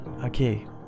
Okay